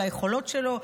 על היכולות שלו.